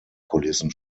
kulissen